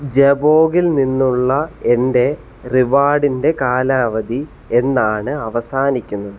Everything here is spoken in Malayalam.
ജബോഗിൽ നിന്നുള്ള എൻ്റെ റിവാർഡിൻ്റെ കാലാവധി എന്നാണ് അവസാനിക്കുന്നത്